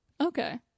Okay